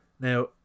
Now